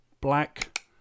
black